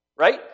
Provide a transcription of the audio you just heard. Right